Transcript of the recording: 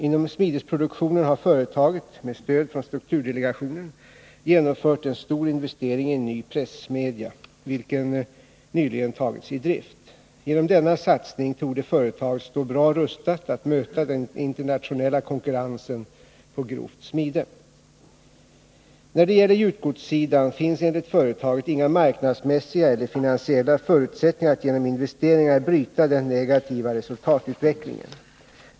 Inom smidesproduktionen har företaget — med stöd från strukturdelegationen — genomfört en stor investering i en ny pressmedja, vilken nyligen tagits i drift. Genom denna satsning torde företaget stå bra rustat att möta den internationella konkurrensen på grovt smide. När det gäller gjutgodssidan finns enligt företaget inga marknadsmässiga 29 eller finansiella förutsättningar att genom investeringar bryta den negativa resultatutvecklingen.